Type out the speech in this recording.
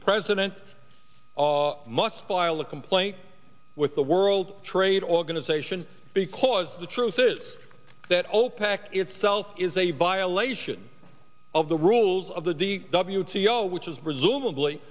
president must file a complaint with the world trade organization because the truth is that opec itself is a violation of the rules of the d w t o which is presumably